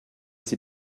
sie